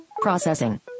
Processing